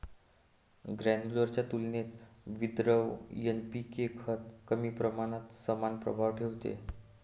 granular च्या तुलनेत विद्रव्य एन.पी.के खत कमी प्रमाणात समान प्रभाव ठेवते